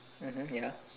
mmhmm ya